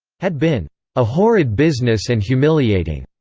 had been a horrid business and humiliating.